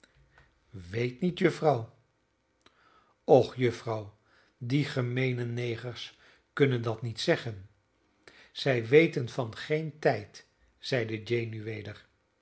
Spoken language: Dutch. weet niet juffrouw och juffrouw die gemeene negers kunnen dat niet zeggen zij weten van geen tijd zeide jane